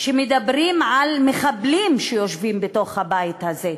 שמדברים על מחבלים שיושבים בתוך הבית הזה,